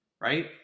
right